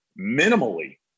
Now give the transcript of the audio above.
minimally